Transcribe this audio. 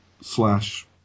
slash